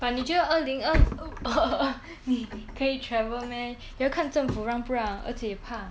but 你觉得二零二四 你可以 travel meh 也要看政府让不让而且也要